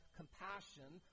compassion